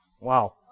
Wow